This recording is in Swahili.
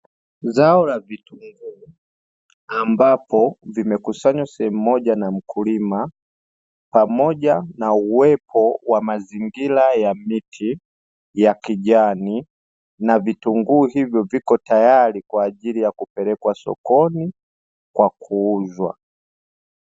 Zao la vitunguu ambapo vimekusanywa sehemu moja na mkulima, pamoja na uwepo wa mazingira ya miti ya kijani, na vitunguu hivyo viko tayari kwa ajili ya kupelekwa sokoni kwa kuuzwa.